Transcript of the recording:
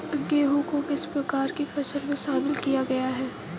गेहूँ को किस प्रकार की फसलों में शामिल किया गया है?